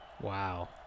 Wow